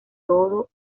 todos